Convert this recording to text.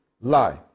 lie